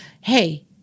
Hey